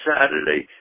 Saturday